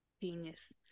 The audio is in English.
Genius